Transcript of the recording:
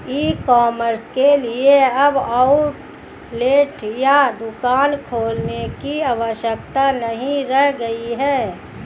ई commerce के लिए अब आउटलेट या दुकान खोलने की आवश्यकता नहीं रह गई है